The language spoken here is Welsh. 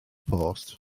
post